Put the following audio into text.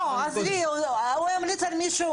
לא, עזבי, הוא ימליץ על מישהו